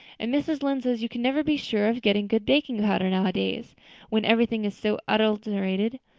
and mrs. lynde says you can never be sure of getting good baking powder nowadays when everything is so adulterated.